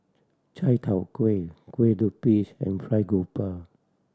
Chai Tow Kuay Kueh Lapis and Fried Garoupa